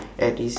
at his